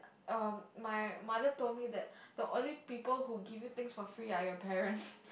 um my mother told me that the only people who give you things for free are your parents